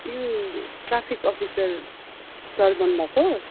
यो traffic officer sir बोल्नु भएको